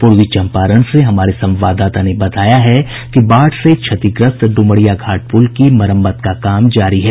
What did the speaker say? पूर्वी चम्पारण से हमारे संवाददाता ने बताया है कि बाढ़ से क्षतिग्रस्त ड्ुमरिया घाट पुल की मरम्मत का काम जारी है